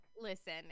Listen